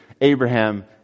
Abraham